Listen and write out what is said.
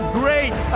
great